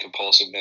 compulsiveness